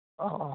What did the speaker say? औ औ